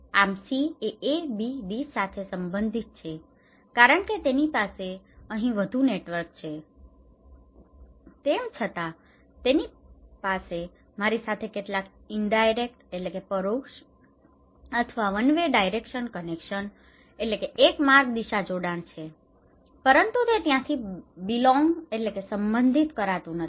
આમ સી એ એબીડી સાથે સંબંધિત છે કારણ કે તેની પાસે અહીં વધુ નેટવર્ક છે તેમ છતાં તેની પાસે મારી સાથે કેટલાક ઇનડાઇરેક્ટ indirect પરોક્ષ અથવા one way direction connection one way direction connection એક માર્ગ દિશા જોડાણ છે પરંતુ તે ત્યાંથી બિલોંગ belong સંબંધિત કરતું નથી